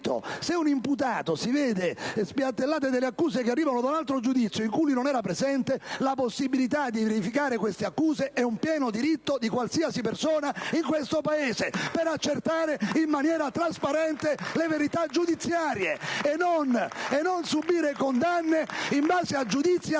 Se un imputato si vede spiattellare accuse da un altro giudizio in cui non era presente, la possibilità di verificare queste accuse è un pieno diritto di qualsiasi persona in questo Paese, per accertare in maniera trasparente le verità giudiziarie *(Applausi dal Gruppo PdL)* e non subire condanne in base a giudizi